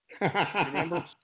Remember